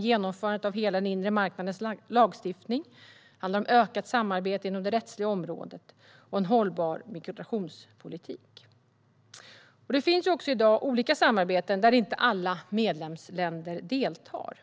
genomförandet av hela den inre marknadens lagstiftning, ökat samarbete inom det rättsliga området och en hållbar migrationspolitik. Det finns i dag olika samarbeten där inte alla medlemsländer deltar.